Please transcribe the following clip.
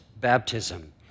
baptism